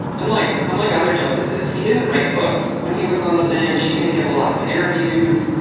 unlike unlike other justices he didn't write books when he was on the bench she didn't give a lot of interviews.